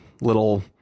little